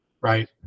right